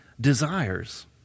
desires